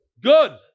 good